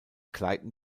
gleiten